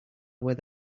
where